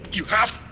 you have.